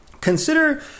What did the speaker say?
Consider